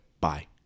Bye